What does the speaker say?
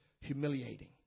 humiliating